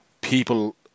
people